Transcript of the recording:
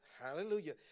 Hallelujah